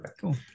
Cool